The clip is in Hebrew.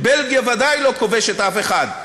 בלגיה ודאי לא כובשת אף אחד,